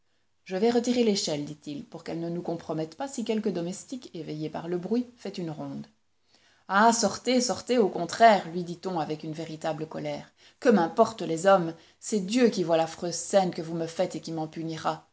je vais retirer l'échelle dit-il pour qu'elle ne nous compromette pas si quelque domestique éveillé par le bruit fait une ronde ah sortez sortez au contraire lui dit-on avec une véritable colère que m'importent les hommes c'est dieu qui voit l'affreuse scène que vous me faites et qui m'en punira